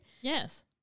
Yes